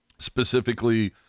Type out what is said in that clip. specifically